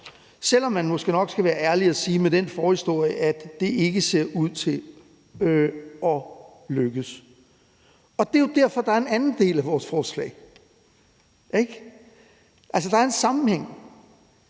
selv om man måske nok skal være ærlig og sige, at det med den forhistorie, der er, ikke ser ud til at lykkes. Kl. 17:02 Det er jo derfor, der er en anden del af vores forslag, ikke? Altså, der er en sammenhæng.